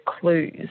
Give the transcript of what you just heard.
clues